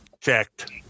checked